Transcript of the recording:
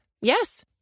Yes